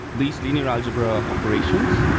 these linear algebra operations,